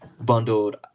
bundled